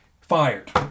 Fired